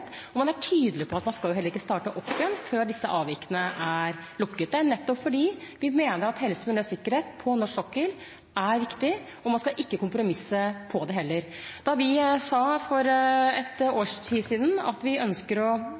og sikkerhet. Man er også tydelig på at man heller ikke skal starte opp igjen før disse avvikene er lukket. Det er nettopp fordi vi mener at helse, miljø og sikkerhet på norsk sokkel er viktig, og man skal ikke kompromisse på det heller. Da vi for ett års tid siden sa at vi ønsket å